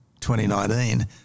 2019